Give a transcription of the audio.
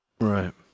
Right